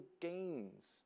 gains